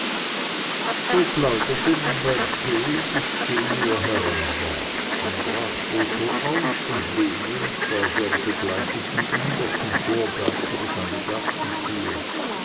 so plauderte man beim tee bis zehn uhr heran war dann brach botho auf und lene und frau dörr begleiteten ihn durch den vorgarten bis an die